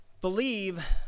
believe